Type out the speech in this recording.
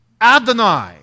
Adonai